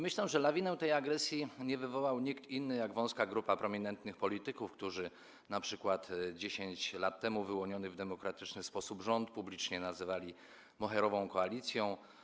Myślę, że lawinę tej agresji wywołał nie kto inny jak wąska grupa prominentnych polityków, którzy np. 10 lat temu wyłoniony w demokratyczny sposób rząd publicznie nazywali moherową koalicją.